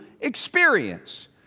experience